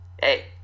hey